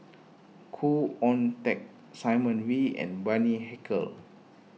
Khoo Oon Teik Simon Wee and Bani Haykal